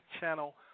channel